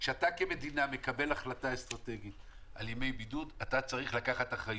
כשאתה כמדינה מקבל החלטה אסטרטגית על ימי בידוד אתה צריך לקחת אחריות.